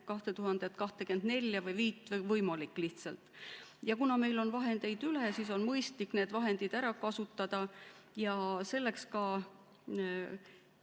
2024 või 2025 võimalik lihtsalt. Kuna meil on vahendeid üle, siis on mõistlik need vahendid ära kasutada. Ja selleks ka